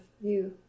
view